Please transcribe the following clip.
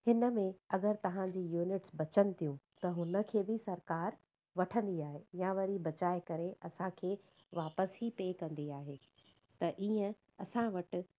हिन में अगरि तव्हांजी यूनिट्स बचनि थियूं त हुनखे बि सरकारु वठंदी आहे या वरी बचाए करे असांखे वापसि ई पे कंदी आहे त ईअं असां वटि